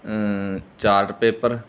chart paper